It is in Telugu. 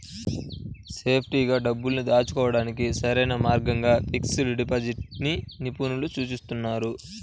సేఫ్టీగా డబ్బుల్ని దాచుకోడానికి సరైన మార్గంగా ఫిక్స్డ్ డిపాజిట్ ని నిపుణులు సూచిస్తున్నారు